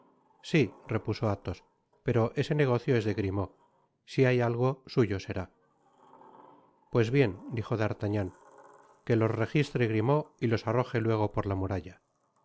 sí repuso athos pero ese es negocio de grimaud si algo hay suyo será pues bien dijo d'artagnan que los rejistre grimaud y los arroje luego por la muralla no